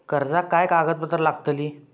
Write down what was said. कर्जाक काय कागदपत्र लागतली?